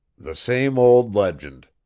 the same old legend,